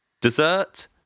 Dessert